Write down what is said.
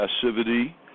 passivity